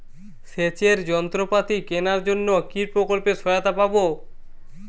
সেচের যন্ত্রপাতি কেনার জন্য কি প্রকল্পে সহায়তা পাব?